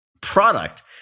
product